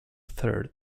third